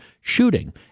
shooting